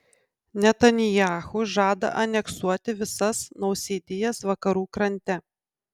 netanyahu žada aneksuoti visas nausėdijas vakarų krante